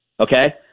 Okay